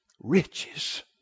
riches